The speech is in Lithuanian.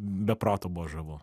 be proto buvo žavu